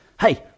hey